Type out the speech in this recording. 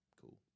Cool